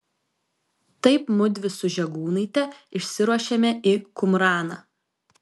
taip mudvi su žegūnaite išsiruošėme į kumraną